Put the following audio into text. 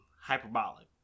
hyperbolic